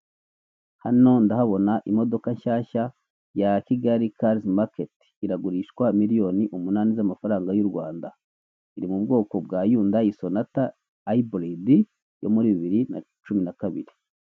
Hano ndahabona imodoka nshyashya ya kigali kazi maketi, iragurishwa miliyoni umunani z'amafaranga y'u Rwanda, iri mu bwoko bwa yundayi sonata ayiburidi, yo muri bibiri na cumi na kabiri.